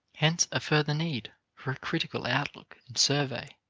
hence a further need for a critical outlook and survey.